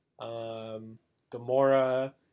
Gamora